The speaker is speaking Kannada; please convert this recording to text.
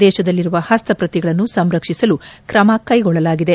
ದೇತದಲ್ಲಿರುವ ಹಸ್ತಪ್ರತಿಗಳನ್ನು ಸಂರಕ್ಷಿಸಲು ್ರಮ ಕೈಗೊಳ್ಳಲಾಗಿದೆ